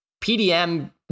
PDM